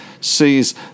sees